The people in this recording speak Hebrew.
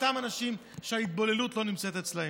אותם אנשים שההתבוללות לא נמצאת אצלם.